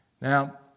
Now